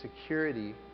security